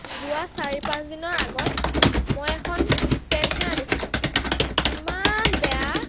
যোৱা চাৰি পাঁচ দিনৰ আগত মই এখন ষ্টেণ্ড ফেন আনিছিলোঁ ইমান বেয়া